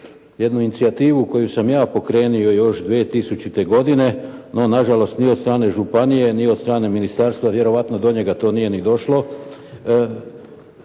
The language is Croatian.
jednu inicijativu koju sam ja pokrenuo još 2000. godine. No nažalost ni od strane županije, ni od strane ministarstva, vjerojatno do njega to nije ni došlo.